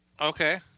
Okay